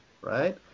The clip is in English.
right